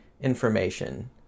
information